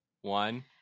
one